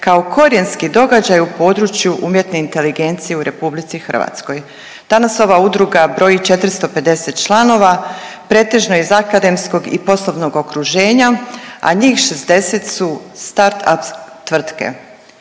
kao korijenski događaj u području umjetne inteligencije u RH. Danas ova udruga broji 450 članova pretežno iz akademskog i poslovnog okruženja, a njih 60 su start up tvrtke.